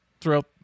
throughout